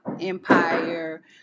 empire